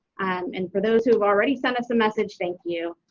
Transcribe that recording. and for those who've already sent us a message, thank you.